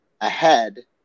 ahead